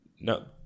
No